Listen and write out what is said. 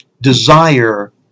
desire